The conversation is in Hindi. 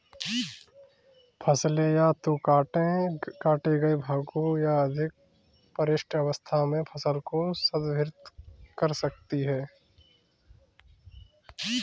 फसलें या तो काटे गए भागों या अधिक परिष्कृत अवस्था में फसल को संदर्भित कर सकती हैं